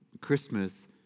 Christmas